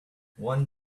one